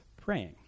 praying